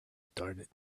started